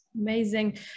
Amazing